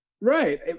Right